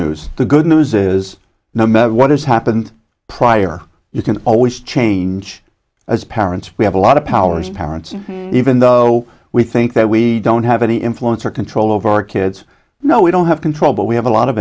news the good news is no matter what has happened prior you can always change as parents we have a lot of power as parents even though we think that we don't have any influence or control over our kids no we don't have control but we have a lot of